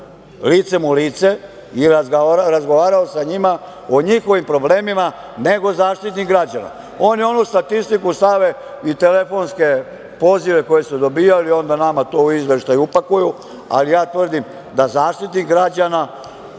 licem u lice i razgovarao sa njima o njihovim problemima nego Zaštitnik građana. Oni u onu statistiku stave i telefonske pozive koje su dobijali, onda nama to u izveštaj upakuju, ali ja tvrdim da Zaštitnik građana